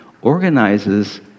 organizes